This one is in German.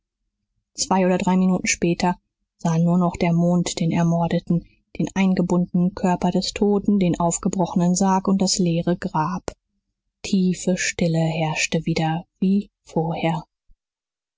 zwei oder drei minuten später sah nur noch der mond den ermordeten den eingebundenen körper des toten den aufgebrochenen sarg und das leere grab tiefe stille herrschte wieder wie vorher